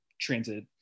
Transit